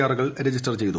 ആറുകൾ register ചെയ്തു